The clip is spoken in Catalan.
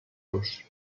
los